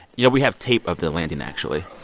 you know, we have tape of the landing, actually